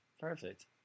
Perfect